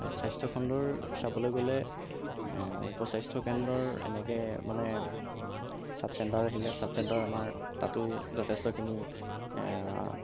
স্বাস্থ্যখণ্ডৰ চাবলৈ গ'লে উপ স্বাস্থ্য কেন্দ্ৰৰ এনেকৈ মানে ছাব চেণ্টাৰ আহিলে ছাব চেণ্টাৰ আমাৰ তাতো যথেষ্টখিনি